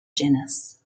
genus